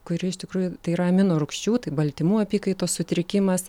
kuri iš tikrųjų tai yra amino rūgščių tai baltymų apykaitos sutrikimas